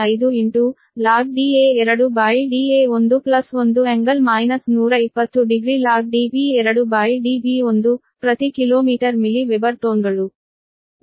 4605 log Da2Da11∟ 120 degree log Db2Db1 ಪ್ರತಿ kilometre milli weber ಟೋನ್ಗಳು